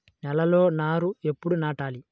నేలలో నారు ఎప్పుడు నాటాలి?